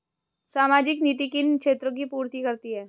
सामाजिक नीति किन क्षेत्रों की पूर्ति करती है?